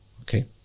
Okay